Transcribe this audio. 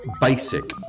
Basic